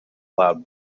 allowed